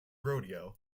rodeo